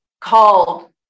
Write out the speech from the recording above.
called